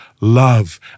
love